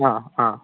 ꯑꯥ ꯑꯥ